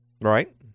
right